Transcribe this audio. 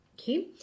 okay